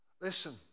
Listen